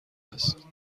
است